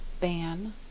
ban